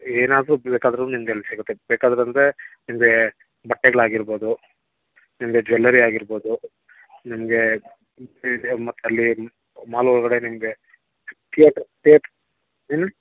ಏನಾದರೂ ಬೇಕಾದರೂ ನಿಮ್ಗೆ ಅಲ್ಲಿ ಸಿಗತ್ತೆ ಬೇಕಾದ್ರಂದ್ರೆ ನಿಮಗೆ ಬಟ್ಟೆಗಳಾಗಿರ್ಬೋದು ನಿಮಗೆ ಜ್ಯೂವೆಲ್ಲರಿ ಆಗಿರ್ಬೋದು ನಿಮಗೆ ಮತ್ತಲ್ಲಿ ಮಾಲ್ ಒಳಗಡೆ ನಿಮಗೆ ಥಿಯೇಟರ್ ಥಿಯೇಟರ್ ಏನು